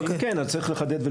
ואם כן אז צריך לחדד.